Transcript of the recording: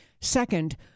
Second